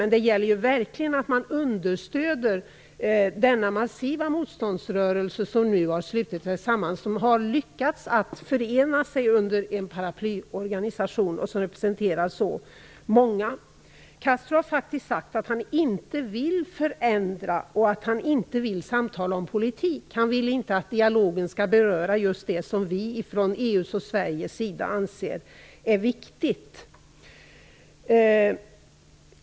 Men det gäller verkligen att stödja denna massiva motståndsrörelse och de människor som nu har slutit sig samman och som har lyckats att förena sig under en paraplyorganisation vilken representerar så många. Castro har faktiskt sagt att han inte vill förändra och att han inte vill samtala om politik. Han vill inte att man i dialogen skall beröra just det som vi i Sverige och EU anser är viktigt.